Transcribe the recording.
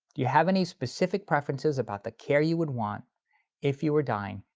you have any specific preferences about the care you would want if you were dying?